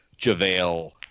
JaVale